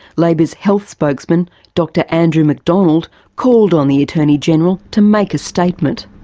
labor's health spokesman dr andrew mcdonald called on the attorney general to make a statement.